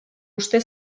uste